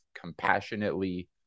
compassionately